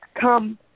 come